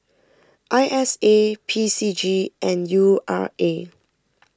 I S A P C G and U R A